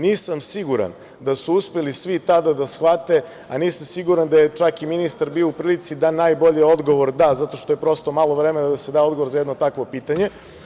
Nisam siguran da su uspeli svi tada da shvate, a nisam siguran da je čak i ministar bio u prilici da da najbolji odgovor zato što je malo vremena da se da odgovor za jedno takvo pitanje.